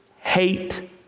hate